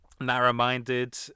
narrow-minded